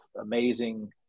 amazing